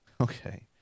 Okay